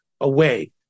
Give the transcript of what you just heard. away